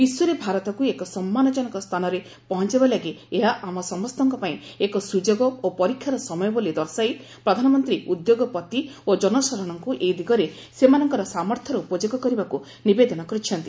ବିଶ୍ୱରେ ଭାରତକୁ ଏକ ସମ୍ମାନଜନକ ସ୍ଥାନରେ ପହଂଚାଇବା ଲାଗି ଏହା ଆମ ସମସ୍ତଙ୍କ ପାଇଁ ଏକ ସୁଯୋଗ ଓ ପରୀକ୍ଷାର ସମୟ ବୋଲି ଦର୍ଶାଇ ପ୍ରଧାନମନ୍ତ୍ରୀ ଉଦ୍ୟୋଗପତି ଓ କନସାଧାରଣଙ୍କୁ ଏ ଦିଗରେ ସେମାନଙ୍କର ସାମର୍ଥ୍ୟର ଉପଯୋଗ କରିବାକୁ ନିବେଦନ କରିଛନ୍ତି